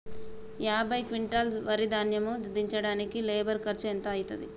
యాభై క్వింటాల్ వరి ధాన్యము దించడానికి లేబర్ ఖర్చు ఎంత అయితది?